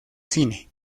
cine